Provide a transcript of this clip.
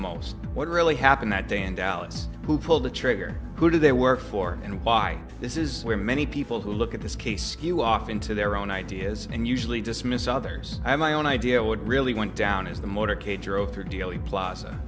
most what really happened that day in dallas who pulled the trigger who they work for and why this is where many people who look at this case skew off into their own ideas and usually dismiss others i have my own idea what really went down as the motorcade drove through dealey plaza